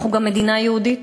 אנחנו גם מדינה יהודית.